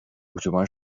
اتوبان